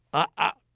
i.